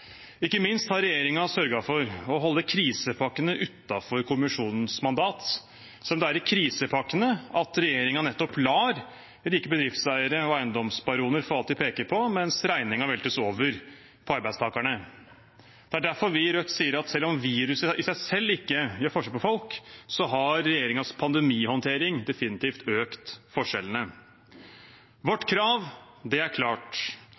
Ikke minst har regjeringen sørget for å holde krisepakkene utenfor kommisjonens mandat, selv om det er i krisepakkene at regjeringen nettopp lar rike bedriftseiere og eiendomsbaroner få alt de peker på, mens regningen veltes over på arbeidstakerne. Det er derfor vi i Rødt sier at selv om viruset i seg selv ikke gjør forskjell på folk, har regjeringens pandemihåndtering definitivt økt forskjellene. Vårt krav er klart: